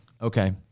Okay